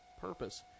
Purpose